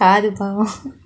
காது பாவம்:kathu paavam